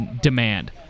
demand